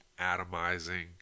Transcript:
atomizing